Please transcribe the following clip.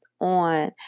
on